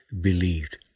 believed